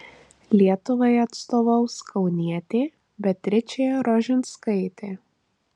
lietuvai atstovaus kaunietė beatričė rožinskaitė